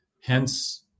hence